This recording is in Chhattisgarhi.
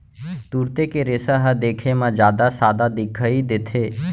तुरते के रेसा ह देखे म जादा सादा दिखई देथे